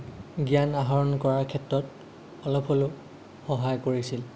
জ্ঞান আহৰণ কৰাৰ ক্ষেত্ৰত অলপ হ'লেও সহায় কৰিছিল